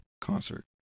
concert